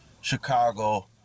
Chicago